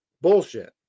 Bullshit